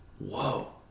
Whoa